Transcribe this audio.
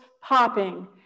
popping